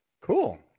Cool